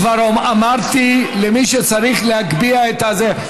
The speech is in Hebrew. אני כבר אמרתי למי שצריך להגביה את הזה.